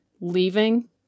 leaving